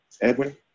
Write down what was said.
Edwin